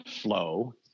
flow